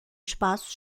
espaço